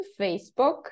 Facebook